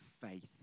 faith